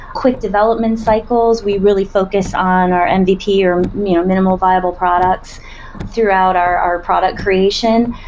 quick development cycles. we really focus on our and mvp or minimal viable products throughout our our product creation.